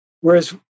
Whereas